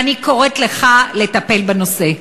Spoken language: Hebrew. ואני קוראת לך לטפל בנושא.